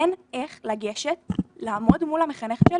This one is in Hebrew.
אין איך לגשת, לעמוד מול המחנכת שלי,